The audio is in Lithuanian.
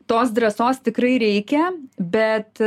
tos drąsos tikrai reikia bet